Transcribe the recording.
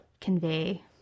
convey